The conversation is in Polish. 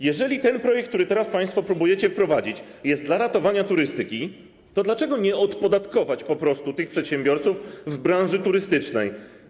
Jeżeli ten projekt, który teraz państwo próbujecie wprowadzić, jest wprowadzany dla ratowania turystyki, to dlaczego nie odpodatkować po prostu przedsiębiorców w branży turystycznej?